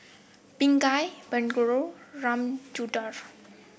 Pingali Bellur Ramchundra